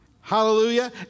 Hallelujah